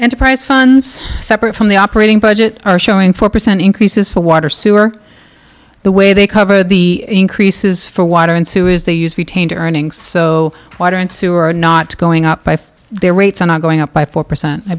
enterprise funds separate from the operating budget are showing four percent increases for water sewer the way they covered the increases for water and sewage they used retained earnings so water and sewer are not going up by their rates are not going up by four percent i